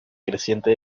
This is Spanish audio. creciente